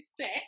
set